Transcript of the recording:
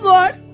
Lord